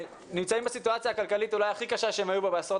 נמצאים סיטואציה כלכלית אולי הכי קשה שהם היו בה בעשרות